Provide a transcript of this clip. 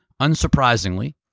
Unsurprisingly